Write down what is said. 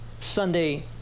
Sunday